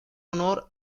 honor